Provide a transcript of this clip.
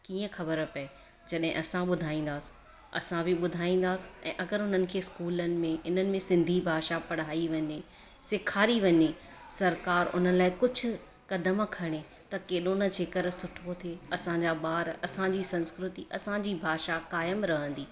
कीअं ख़बर पए जॾहिं असां ॿुधाईंदासि असां बि ॿुधाईंदासि ऐं अगरि हुननि खे स्कूलनि में इन्हनि में सिंधी भाषा पढ़ाई वञे सिखारी वञे सरिकार उन लाइ कुझु क़दम खणे त केॾो न जेकरि सुठो थिए असांजा ॿार असांजी संस्कृति असांजी भाषा क़ाइमु रहंदी